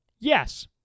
yes